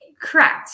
Correct